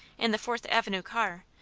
in the fourth avenue car,